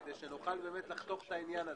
כדי שנוכל לחתוך את העניין הזה.